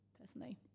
personally